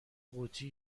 قوطی